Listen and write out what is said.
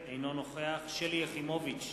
אינו נוכח שלי יחימוביץ,